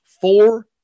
Four